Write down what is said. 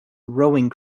rowing